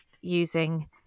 using